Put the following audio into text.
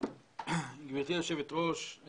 גברתי היושבת ראש,